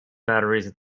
batteries